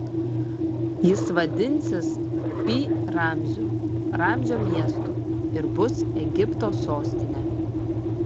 jis vadinsis pi ramziu ramzio miestu ir bus egipto sostinė